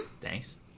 Thanks